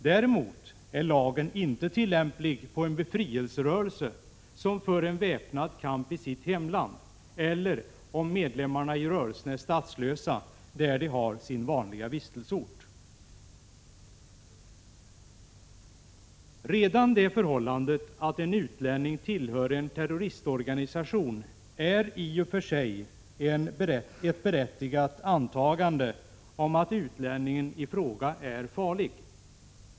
Däremot är lagen inte tillämplig på en befrielserörelse, som för en väpnad kampi sitt hemland eller, om medlemmarna i rörelsen är statslösa, där de har sin vanliga vistelseort. Redan det förhållandet att en utlänning tillhör en terroristorganisation gör att det är berättigat att anta att utlänningen i fråga är farlig.